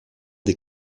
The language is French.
des